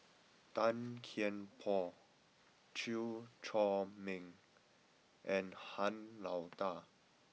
Tan Kian Por Chew Chor Meng and Han Lao Da